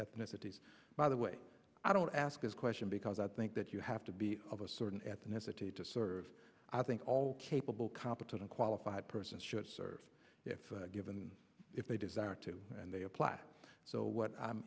ethnicities by the way i don't ask this question because i think that you have to be of a certain ethnicity to serve i think all capable competent qualified person should serve if given if they desire to and they apply so what i'm